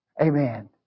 Amen